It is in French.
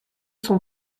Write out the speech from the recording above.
cent